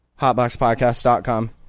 Hotboxpodcast.com